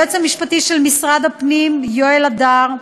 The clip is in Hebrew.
ליועץ המשפטי של המשרד לביטחון פנים יואל הדר,